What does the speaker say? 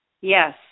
Yes